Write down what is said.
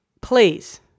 please